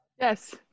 Yes